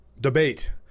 debate